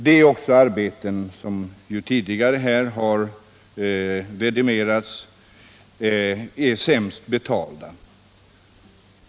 Det är också de arbeten som, vilket tidigare här har vidimerats, i regel är sämst betalda.